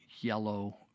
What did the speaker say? yellow